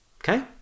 Okay